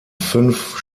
fünf